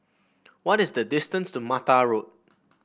what is the distance to Mattar Road